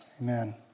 Amen